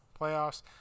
playoffs